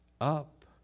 up